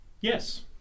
Yes